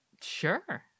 Sure